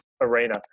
arena